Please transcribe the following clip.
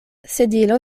sedilo